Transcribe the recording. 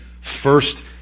first